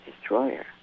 destroyer